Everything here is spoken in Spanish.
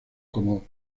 como